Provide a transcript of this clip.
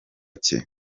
cye